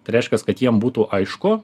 tai reiškias kad jiem būtų aišku